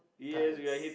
types